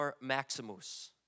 Maximus